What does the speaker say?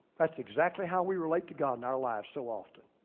that's exactly how we relate to god in our lives so often.